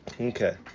Okay